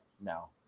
No